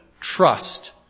trust